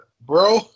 bro